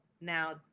now